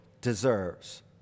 deserves